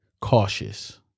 cautious